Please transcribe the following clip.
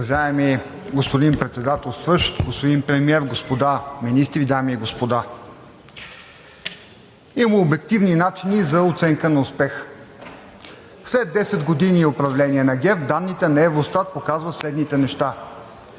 Уважаеми господин Председателстващ, господин Премиер, господа министри, дами и господа! Има обективни начини за оценка на успеха. След 10 години управление на ГЕРБ данните на Евростат показват следните неща